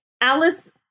Alice